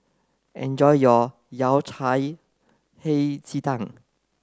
enjoy your Yao Cai Hei Ji Tang